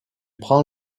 prend